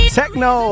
techno